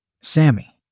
Sammy